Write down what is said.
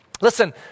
Listen